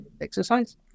exercise